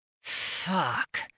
Fuck